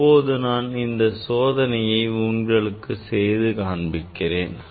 இப்போது நான் இந்த சோதனையை உங்களுக்கு செய்து காண்பிக்கிறேன்